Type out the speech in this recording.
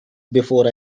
before